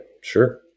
sure